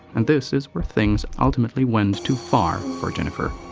and this is where things ultimately went too far for jennifer.